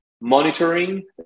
monitoring